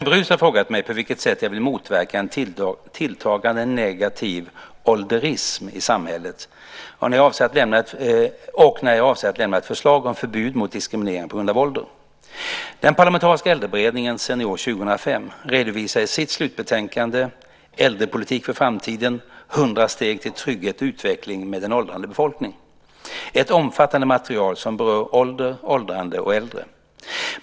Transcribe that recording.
Fru talman! Sven Brus har frågat mig på vilket sätt jag vill motverka en tilltagande negativ "ålderism" i samhället och när jag avser att lämna ett förslag om förbud mot diskriminering på grund av ålder. Den parlamentariska äldreberedningen Senior 2005 redovisar i sitt slutbetänkande Äldrepolitik för framtiden - 100 steg till trygghet och utveckling med en åldrande befolkning ett omfattande material som berör ålder, åldrande och äldre.